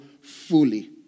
fully